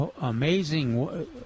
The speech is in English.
amazing